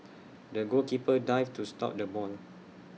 the goalkeeper dived to stop the ball